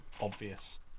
obvious